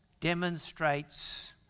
demonstrates